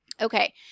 Okay